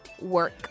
work